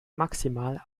maximal